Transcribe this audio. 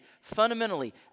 fundamentally